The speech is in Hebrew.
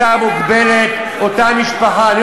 אותה מוגבלת, אותה משפחה, די